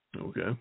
Okay